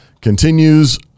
continues